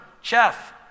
chef